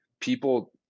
people